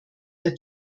der